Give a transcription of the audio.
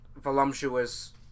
voluptuous